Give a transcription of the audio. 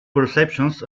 perceptions